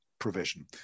provision